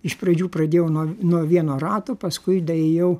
iš pradžių pradėjau nuo nuo vieno rato paskui daėjau